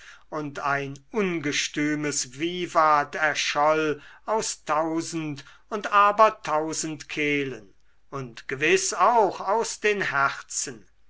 und ein ungestümes vivat erscholl aus tausend und aber tausend kehlen und gewiß auch aus den herzen